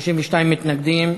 32 מתנגדים.